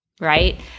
Right